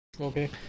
Okay